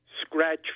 Scratch